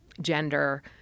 gender